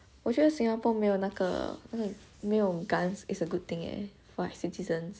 我觉得 singapore 没有那个没有 guns is a good thing eh for like citizens